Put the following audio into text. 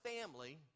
family